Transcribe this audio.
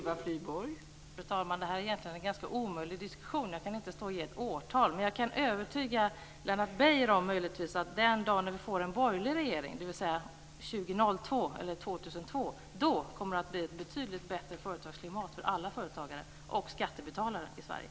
Fru talman! Det här är en ganska omöjlig diskussion. Jag kan inte ge något sådant årtal, men jag kan möjligtvis övertyga Lennart Beijer om att det den dag när vi får en borgerlig regering, dvs. år 2002, kommer att bli ett betydligt bättre klimat för alla företagare och skattebetalare i Sverige.